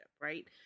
right